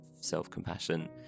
self-compassion